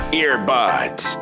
earbuds